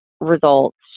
results